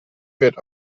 wird